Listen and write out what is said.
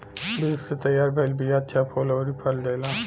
विधि से तैयार भइल बिया अच्छा फूल अउरी फल देला